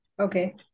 Okay